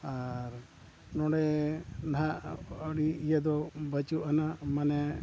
ᱟᱨ ᱱᱚᱸᱰᱮ ᱱᱟᱦᱟᱜ ᱟᱹᱰᱤ ᱤᱭᱟᱹ ᱫᱚ ᱵᱟᱹᱱᱩᱜ ᱟᱱᱟᱜ ᱢᱟᱱᱮ